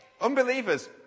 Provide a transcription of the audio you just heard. Unbelievers